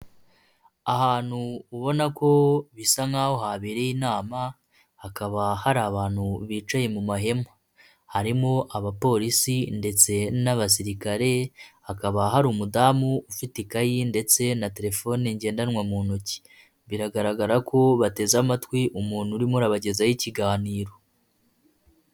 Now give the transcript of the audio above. Ahantu ubona ko bisa nkaho habereye inama, hakaba hari abantu bicaye mu mahema. Harimo abapolisi ndetse n'abasirikare, hakaba hari umudamu ufite ikayi ndetse na telefone ngendanwa mu ntoki, biragaragara ko bateze amatwi umuntu uririmo abagezaho ikiganiro.